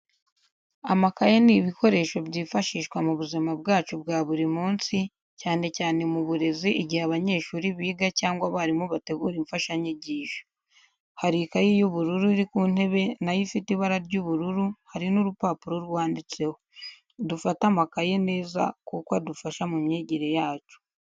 Amakaye ni ibikoresho byifashishwa mu buzima bwacu bwa buri munsi cyane cyane mu burezi igihe abanyeshuri biga cyangwa abarimu bategura imfashanyigisho. Hari ikaye y'ubururu iri ku intebe nayo ifite ibara ry'ubururu hari n'urupapuro rwanditseho. Dufate amakaye neza kuko adufasha mu myigire yacu.